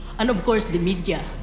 and of course the media.